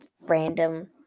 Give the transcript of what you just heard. random